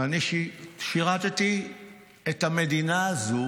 ואני שירתי את המדינה הזו